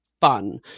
fun